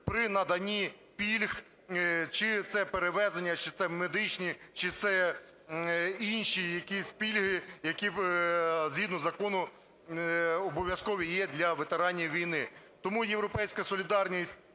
при наданні пільг – чи це перевезення, чи це медичні, чи це інші якісь пільги, які згідно закону обов'язкові є для ветеранів війни. Тому "Європейська солідарність"